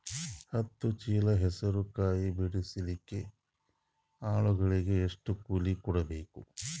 ಹತ್ತು ಚೀಲ ಹೆಸರು ಕಾಯಿ ಬಿಡಸಲಿಕ ಆಳಗಳಿಗೆ ಎಷ್ಟು ಕೂಲಿ ಕೊಡಬೇಕು?